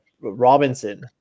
Robinson